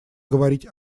говорить